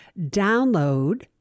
download